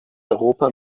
europa